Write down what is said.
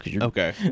Okay